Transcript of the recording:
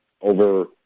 over